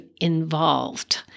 involved